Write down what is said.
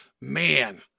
man